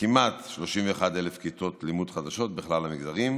כמעט 31,000 כיתות לימוד חדשות בכלל המגזרים,